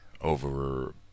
over